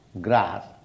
grass